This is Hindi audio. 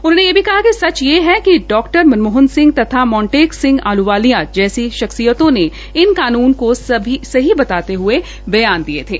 उन्होंने कहा कि सच यह है कि डॉ मनमोहन सिंह तथा मोटेंक सिंह आहल्वालिया जैसी शखसियतों ने इन कानून को सही बताते हये बयान दिये थे